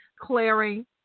clearing